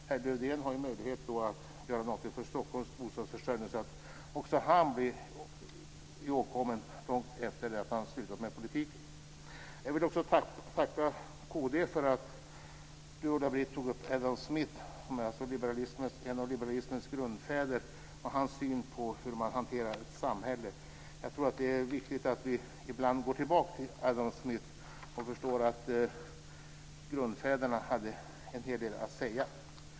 Herr Lövdén har möjlighet att göra någonting för Stockholms bostadsförsörjning så att också han blir ihågkommen långt efter det att han har slutat med politiken. Jag vill också tacka Ulla-Britt Hagström för att hon tog upp Adam Smith, som är en av liberalismens grundfäder, och hans syn på hur man hanterar ett samhälle. Jag tror att det är viktigt att vi ibland går tillbaka till Adam Smith och inser att grundfäderna hade en hel del att säga.